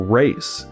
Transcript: race